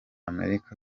amerika